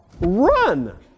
Run